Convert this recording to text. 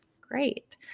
great